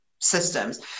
systems